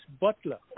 Butler